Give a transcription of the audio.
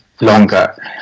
longer